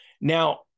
Now